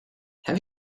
have